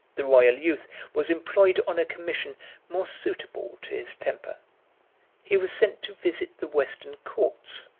the royal youth was employed on a commission more suitable to his temper he was sent to visit the western courts,